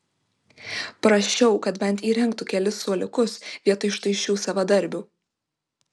prašiau kad bent įrengtų kelis suoliukus vietoj štai šių savadarbių